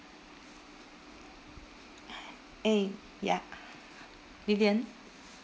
eh ya vivian